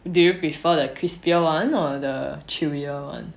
do you prefer the crispier one or the chewier one